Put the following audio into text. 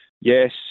Yes